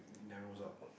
narrows up